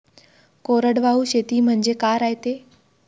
कोरडवाहू शेती म्हनजे का रायते?